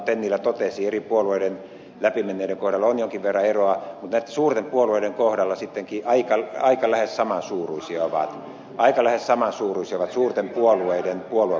tennilä totesi eri puolueiden läpi menneiden kohdalla on jonkin verran eroa mutta näiden suurten puolueiden kohdalla sittenkin lähes aika samansuuruisia ovat suurten puolueiden puoluekohtaiset kampanjat